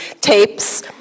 tapes